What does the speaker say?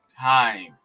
time